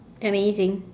amazing